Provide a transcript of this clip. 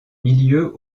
milieux